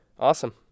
Awesome